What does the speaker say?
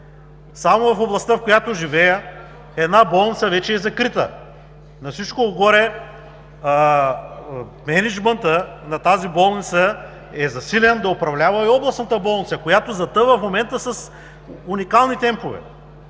Само в областта, в която живея, една болница вече е закрита. На всичкото отгоре мениджмънтът на тази болница е засилен да управлява и областната болница, която затъва в момента с уникални темпове.